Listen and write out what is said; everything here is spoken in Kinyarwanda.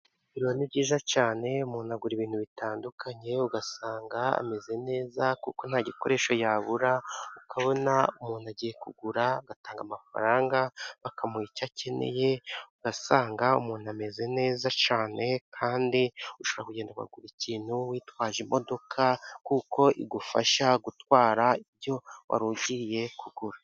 Ni byiza cyane umuntu agura ibintu bitandukanye, ugasanga ameze neza kuko nta gikoresho yabura, ukabona umuntu agiye kugura, agatanga amafaranga bakamuha icyo akeneye, ugasanga umuntu ameze neza cyane kandi ushobora kugenda ukagura ikintu witwaje imodoka kuko igufasha gutwara ibyo wari ugiye kugura.